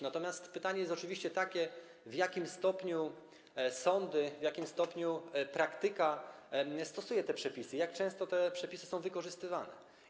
Natomiast pytanie jest oczywiście takie, w jakim stopniu sądy, w jakim stopniu praktyka stosuje te przepisy, jak często te przepisy są wykorzystywane.